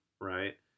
right